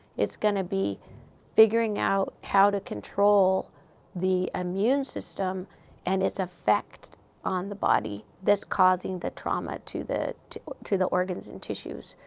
it's going to be figuring out how to control the immune system and its effect on the body that's causing the trauma to the to the organs and tissues,